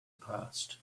passed